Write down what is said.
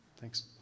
Thanks